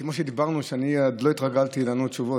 כמו שדיברנו, אני עוד לא התרגלתי לענות תשובות.